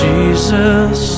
Jesus